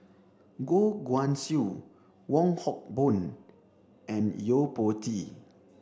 Goh Guan Siew Wong Hock Boon and Yo Po Tee